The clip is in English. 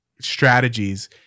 strategies